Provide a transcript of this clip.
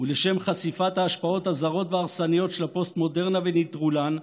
ולשם חשיפת ההשפעות הזרות וההרסניות של הפוסט-מודרנה ונטרולן,